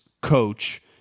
coach